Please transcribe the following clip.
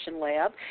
Lab